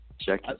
check